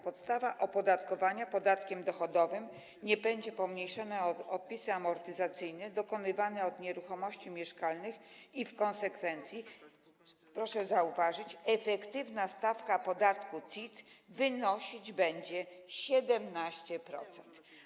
Podstawa opodatkowania podatkiem dochodowym nie będzie pomniejszana o odpisy amortyzacyjne dokonywane od nieruchomości mieszkalnych i w konsekwencji - proszę zauważyć - efektywna stawka podatku CIT wynosić będzie 17%.